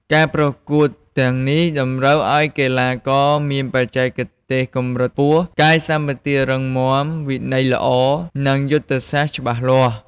ការប្រកួតទាំងនេះតម្រូវឱ្យកីឡាករមានបច្ចេកទេសកម្រិតខ្ពស់ កាយសម្បទារឹងមាំ វិន័យល្អ និងយុទ្ធសាស្ត្រច្បាស់លាស់។